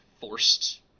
forced